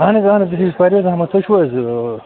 اَہَن حظ اَہَن حظ أسۍ حظ پَرویز احمد تُہۍ چھُو حظ